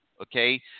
Okay